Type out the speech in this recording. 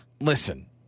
Listen